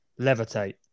Levitate